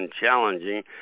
challenging